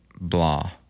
blah